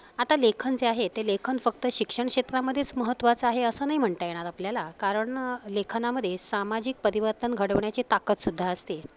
आता लेखन जे आहे ते लेखन फक्त शिक्षण क्षेत्रामध्येच महत्त्वाचं आहे असं नाही म्हणता येणार आपल्याला कारण लेखनामध्ये सामाजिक परिवर्तन घडवण्याची ताकदसुद्धा असते